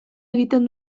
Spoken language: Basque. egiten